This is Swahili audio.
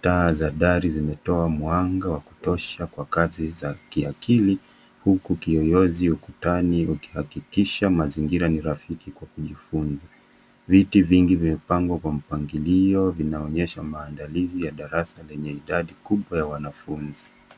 Taa za dari zimetoa mwanga wa kutosha kwa kazi za kiakili huku kiyoyozi ukutani ukihakikisha mazingira ni rafiki kwa kujifunza. Viti vingi vimepangwa kwa mpangilio vinaonyesha maandalizi ya darasa lenye idadi kubwa ya wanafunzi.